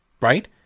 right